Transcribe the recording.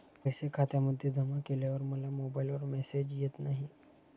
पैसे खात्यामध्ये जमा केल्यावर मला मोबाइलवर मेसेज येत नाही?